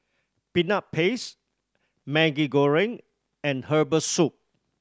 Peanut Paste Maggi Goreng and herbal soup